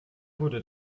wurde